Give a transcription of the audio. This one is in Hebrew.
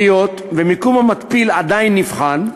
היות שמיקום המתפיל עדיין נבחן,